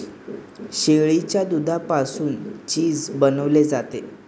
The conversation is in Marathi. शेळीच्या दुधापासून चीज बनवले जाते